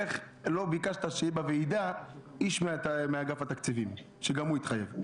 איך לא ביקשת שיהיה בוועדה איש מאגף התקציבים שגם הוא יתחייב?